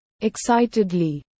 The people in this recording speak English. Excitedly